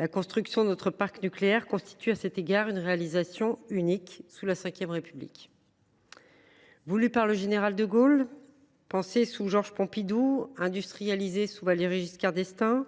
La construction de notre parc nucléaire constitue à cet égard une réalisation unique sous la VRépublique. Voulu par le général de Gaulle, pensé sous Georges Pompidou et industrialisé sous Valéry Giscard d’Estaing,